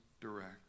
direct